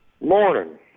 Morning